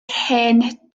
hen